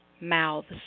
mouths